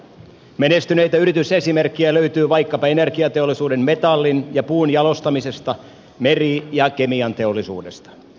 menestyneitä yritysesimerkkejä löytyy vaikkapa energiateollisuudesta metallin ja puun jalostamisesta meri ja kemianteollisuudesta